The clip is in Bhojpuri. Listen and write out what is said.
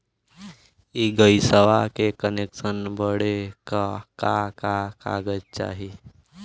इ गइसवा के कनेक्सन बड़े का का कागज चाही?